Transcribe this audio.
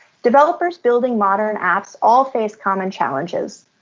developers building modern apps all face common challenges.